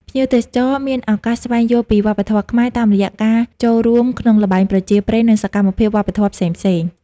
ភ្ញៀវទេសចរមានឱកាសស្វែងយល់ពីវប្បធម៌ខ្មែរ តាមរយៈការចូលរួមក្នុងល្បែងប្រជាប្រិយ និងសកម្មភាពវប្បធម៌ផ្សេងៗ។